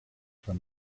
from